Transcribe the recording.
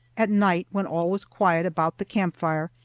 at night, when all was quiet about the camp-fire,